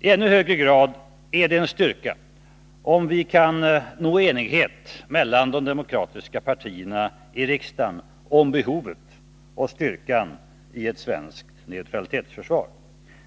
I ännu högre grad är det en styrka, om vi kan nå enighet mellan de demokratiska partierna i riksdagen om behovet av och styrkan i ett svenskt neutralitetsförsvar.